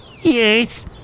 Yes